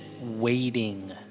waiting